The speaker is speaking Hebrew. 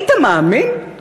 היית מאמין?